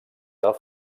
del